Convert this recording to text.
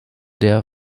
der